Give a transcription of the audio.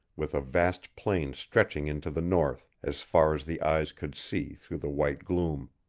with a vast plain stretching into the north as far as the eyes could see through the white gloom.